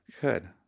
good